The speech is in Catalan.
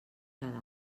cada